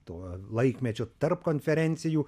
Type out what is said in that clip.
to laikmečio tarp konferencijų